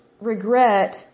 regret